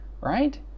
Right